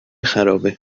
خرابه